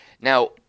Now